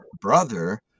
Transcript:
brother